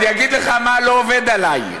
אני אגיד לך מה לא עובד עלי.